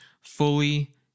fully